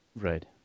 Right